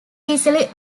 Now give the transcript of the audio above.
easily